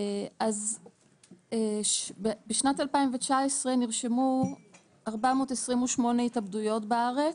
אז בשנת 2019 נרשמו 428 התאבדויות בארץ,